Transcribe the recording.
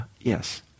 Yes